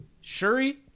Shuri